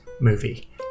movie